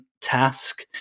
task